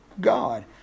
God